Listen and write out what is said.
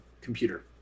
computer